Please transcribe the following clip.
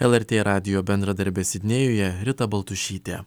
lrt radijo bendradarbė sidnėjuje rita baltušytė